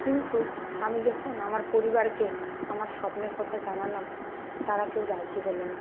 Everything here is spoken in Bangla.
কিন্তু আমি যখন আমার পরিবারকে আমার স্বপ্নের কথা জানালাম তারা কেউ রাজি হলো না